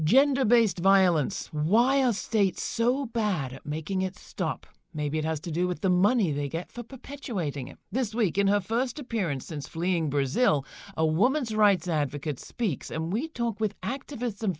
gender based violence why are states so bad at making it stop maybe it has to do with the money they get for perpetuating it this week in her st appearance since fleeing brazil a woman's rights advocate speaks and we talk with activism